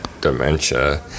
dementia